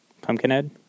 Pumpkinhead